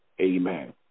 amen